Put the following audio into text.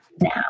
now